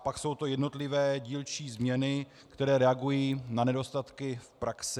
A pak jsou to jednotlivé dílčí změny, které reagují na nedostatky v praxi.